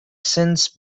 since